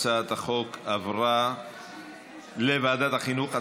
הצעת החוק עברה לוועדת החינוך,